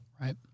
Right